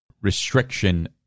restriction